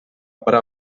parar